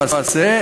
למעשה,